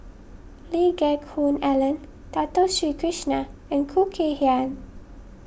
Lee Geck Hoon Ellen Dato Sri Krishna and Khoo Kay Hian